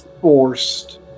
forced